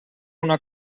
una